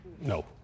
No